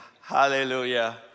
Hallelujah